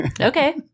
Okay